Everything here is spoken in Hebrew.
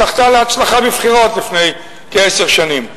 זכתה להצלחה בבחירות לפני כעשר שנים.